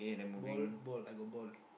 ball ball I got ball